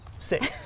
Six